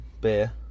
beer